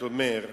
אומר,